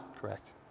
Correct